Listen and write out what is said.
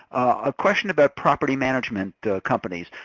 a question about property management companies.